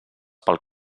pel